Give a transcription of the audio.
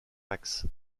max